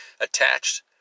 attached